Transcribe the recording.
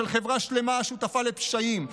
של חברה שלמה השותפה לפשעים,